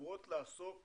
שאמורות לעסוק